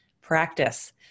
practice